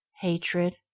hatred